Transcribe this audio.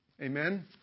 Amen